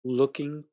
looking